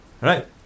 Right